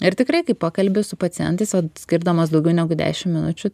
ir tikrai kai pakalbi su pacientais vat skirdamas daugiau negu dešim minučių